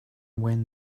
when